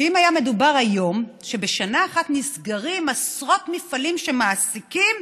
שהיה מדובר היום שבשנה אחת נסגרים עשרות מפעלים שמעסיקים